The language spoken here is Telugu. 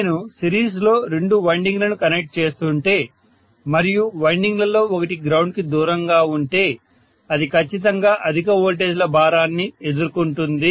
నేను సిరీస్లో రెండు వైండింగ్లను కనెక్ట్ చేస్తుంటే మరియు వైండింగ్ లలో ఒకటి గ్రౌండ్ కి దూరంగా ఉంటే అది ఖచ్చితంగా అధిక వోల్టేజ్ల భారాన్ని ఎదుర్కొంటుంది